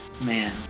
Man